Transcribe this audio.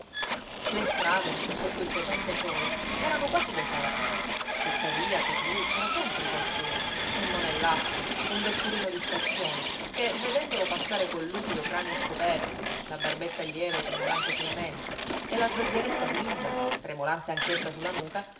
le strade sotto il cocente sole erano quasi deserte tuttavia per lui c'era sempre qualcuno un monellaccio un vetturino di stazione che vedendolo passare col lucido cranio scoperto la barbetta lieve tremolante sul mento e la zazzeretta grigia tremolante anch'essa su la nuca